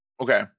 Okay